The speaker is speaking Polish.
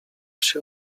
się